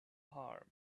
harm